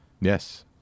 Yes